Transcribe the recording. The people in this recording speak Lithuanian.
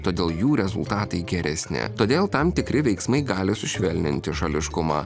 todėl jų rezultatai geresni todėl tam tikri veiksmai gali sušvelninti šališkumą